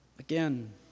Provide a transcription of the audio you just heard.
Again